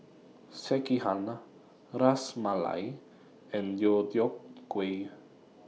Sekihan Ras Malai and Deodeok Gui